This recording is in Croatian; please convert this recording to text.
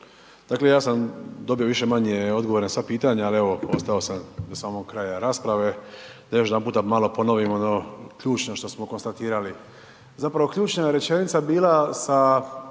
Dakle, ja sam dobio više-manje odgovore na sva pitanja, ali evo ostao sam do samog kraja rasprave da još jedanputa malo ponovimo ono ključno što smo konstatirali. Zapravo ključna rečenica je bila sa